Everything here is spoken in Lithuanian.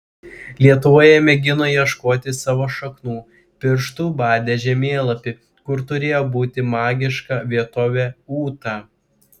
lietuvoje mėgino ieškoti savo šaknų pirštu badė žemėlapį kur turėjo būti magiška vietovė ūta